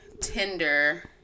Tinder